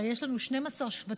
הרי יש לנו 12 שבטים,